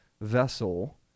vessel